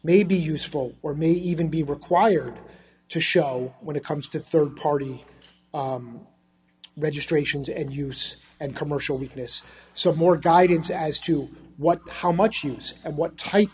may be useful or maybe even be required to show when it comes to rd party registrations and use and commercial weakness so more guidance as to what how much use and what type